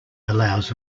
allows